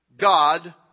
God